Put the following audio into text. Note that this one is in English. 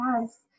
yes